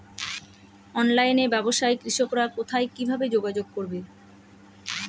অনলাইনে ব্যবসায় কৃষকরা কোথায় কিভাবে যোগাযোগ করবে?